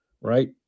right